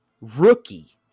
rookie